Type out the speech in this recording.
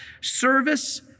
service